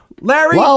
Larry